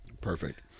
Perfect